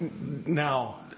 now